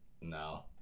No